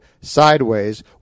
sideways